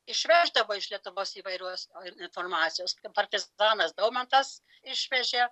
išveždavo iš lietuvos įvairios informacijos partizanas daumantas išvežė